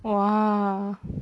!wah!